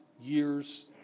years